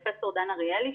פרופ' דן אריאלי,